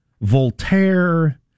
Voltaire